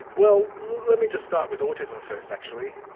well, let me just start with autism first actually.